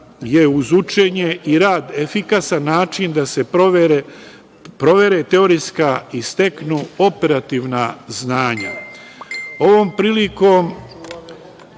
je uz učenje i rad efikasan način da se provere teorijska i steknu operativna znanja.